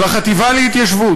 על החטיבה להתיישבות.